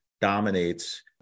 dominates